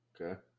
Okay